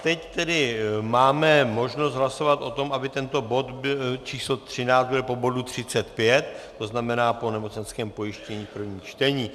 Teď tedy máme možnost hlasovat o tom, aby tento bod číslo 13 byl po bodu 35, to znamená po nemocenském pojištění, první čtení.